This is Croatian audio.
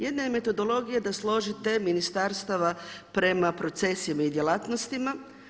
Jedna je metodologija da složite ministarstva prema procesima i djelatnostima.